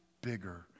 bigger